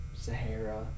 Sahara